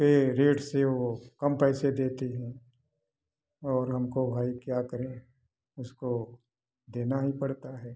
के रेट से वो कम पैसे देते हैं और हमको भाई क्या करें उसको देना ही पड़ता है